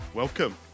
Welcome